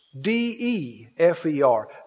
D-E-F-E-R